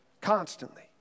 constantly